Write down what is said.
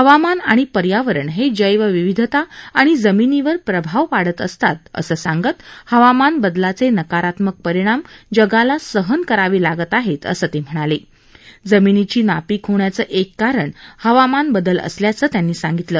हवामान आणि पर्यावरण हजिवविविधता आणि जमिनीवर प्रभाव पडत असतात असं सांगत हवामान बदलाचत्रिकारात्मक परिणाम जगाला सहन करावळिगत आहस्त असं तव्हिणाला जमिनीची नापीक होण्याचं एक कारण हवामान बदल असल्याचं त्यांनी सांगितलं